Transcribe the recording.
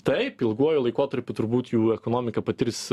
taip ilguoju laikotarpiu turbūt jų ekonomika patirs